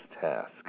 task